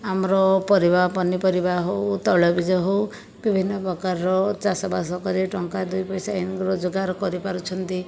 ଆମର ପରିବା ପନିପରିବା ହେଉ ତୈଳବୀଜ ହେଉ ବିଭିନ୍ନ ପ୍ରକାରର ଚାଷବାସ କରି ଟଙ୍କା ଦୁଇ ପଇସା ରୋଜଗାର କରିପାରୁଛନ୍ତି